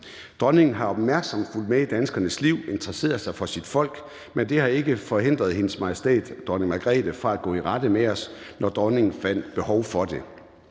Dronningen har opmærksomt fulgt med i danskernes liv og interesseret sig for sit folk, men det har ikke forhindret Hendes Majestæt Dronning Margrethe i at gå i rette med os, når hun fandt behov for det.